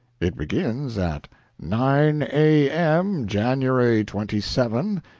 it begins at nine a m, january twenty seven,